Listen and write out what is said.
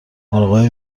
مراقب